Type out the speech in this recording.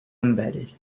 embedded